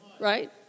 right